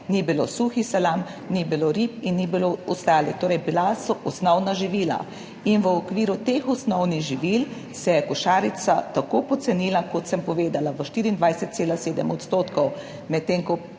Ni bilo suhih salam, ni bilo rib in ni bilo ostalih. Torej, bila so osnovna živila. In v okviru teh osnovnih živil se je košarica tako pocenila, kot sem povedala, za 24,7 odstotkov, medtem ko